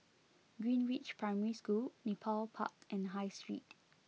Greenridge Primary School Nepal Park and High Street